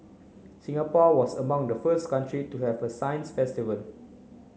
Singapore was among the first country to have a science festival